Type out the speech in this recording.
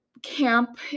camp